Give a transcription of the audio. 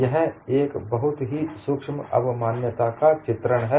यह एक बहुत ही सूक्ष्म अवमान्यता का चित्रण है